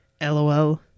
LOL